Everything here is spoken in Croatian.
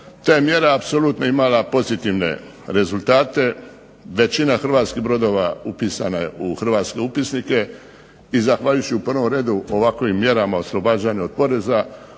je mjera apsolutno imala pozitivne rezultate. Većina hrvatskih brodova upisana je u hrvatske upisnike i zahvaljujući u prvom redu ovakovim mjerama oslobađanja od poreza